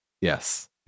Yes